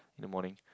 in the morning